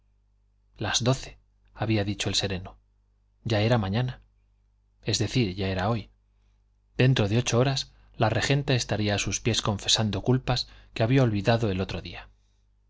las doce había dicho el sereno ya era mañana es decir ya era hoy dentro de ocho horas la regenta estaría a sus pies confesando culpas que había olvidado el otro día